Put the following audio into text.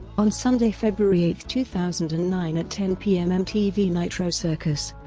on sunday, february eight, two thousand and nine at ten p m. mtv nitro circus,